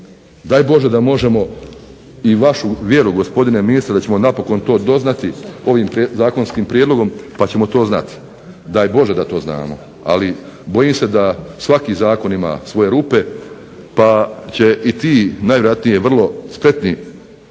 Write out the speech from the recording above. Daj Bože da možemo i vašu vjeru gospodine ministre da ćemo napokon to doznati ovim zakonskim prijedlogom pa ćemo to znati. Daj Bože da to znamo, ali bojim se da svaki zakon ima svoje rupe pa će i ti najvjerojatnije vrlo spretni